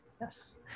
Yes